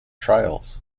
trails